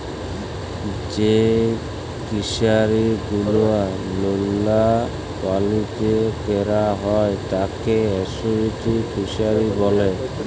যেই ফিশারি গুলো লোলা পালিতে ক্যরা হ্যয় তাকে এস্টুয়ারই ফিসারী ব্যলে